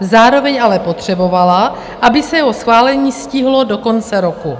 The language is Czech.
Zároveň ale potřebovala, aby se jeho schválení stihlo do konce roku.